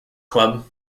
club